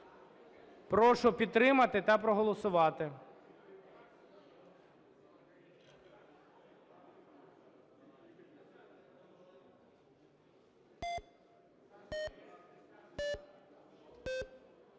Прошу підтримати та проголосувати.